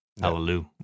Hallelujah